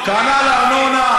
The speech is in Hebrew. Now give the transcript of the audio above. כנ"ל ארנונה.